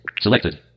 Selected